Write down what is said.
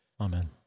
Amen